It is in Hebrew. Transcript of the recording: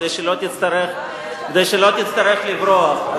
כדי שלא תצטרך לברוח.